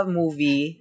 movie